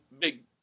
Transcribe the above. big